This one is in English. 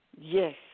Yes